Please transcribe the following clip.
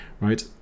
right